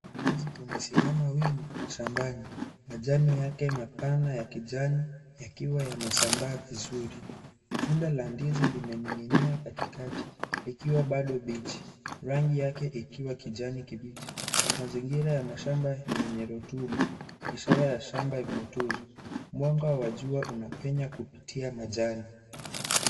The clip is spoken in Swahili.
Ndizi limesimama wima shambani majani yake mapana ya kijani yakiwa yamesambaa vizuri ,tunda la ndizi limeninginia katikati likiwa bado mbichi, rangi yake ikiwa kijani kibichi mazingira ya mashsmba ni yenye rotuba ishara ya shamba imetuzwa ,mwanga wa jua unapenya kupitia majani.